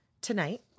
Tonight